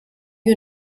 you